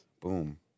Boom